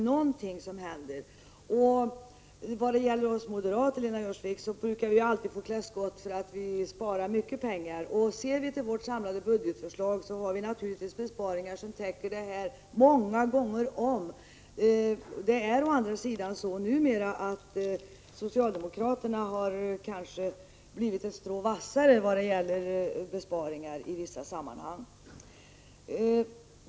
När det gäller oss moderater, Lena Öhrsvik, så brukar vi alltid få klä skott för att vi sparar mycket pengar. I vårt samlade budgetförslag har vi naturligtvis besparingar som täcker de här kostnaderna många gånger om. Det är å andra sidan så numera att socialdemokraterna kanske har blivit ett strå vassare i fråga om besparingar i vissa sammanhang.